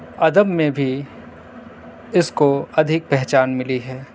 ادب میں بھی اس کو ادھک پہچان ملی ہے